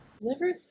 Liver